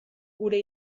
gure